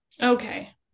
okay